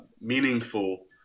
meaningful